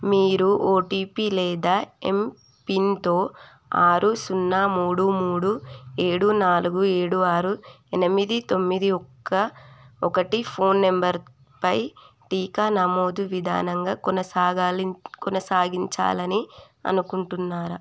మీరు ఓటీపీ లేదా ఎంపిన్తో ఆరు సున్నా మూడు మూడు ఏడు నాలుగు ఏడు ఆరు ఎనిమిది తొమ్మిది ఒక్క ఒకటి ఫోన్ నంబర్పై టీకా నమోదు విధానంగా కొనసాగాలి కొనసాగించాలని అనుకుంటున్నారా